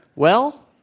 well,